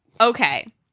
Okay